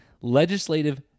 Legislative